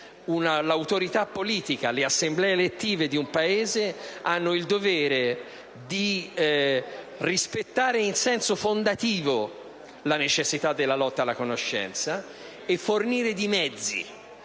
L'autorità politica, le assemblee elettive di un Paese hanno il dovere di rispettare in senso fondativo la necessità della lotta alla conoscenza e fornire di mezzi,